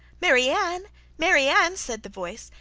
mary ann! mary ann said the voice.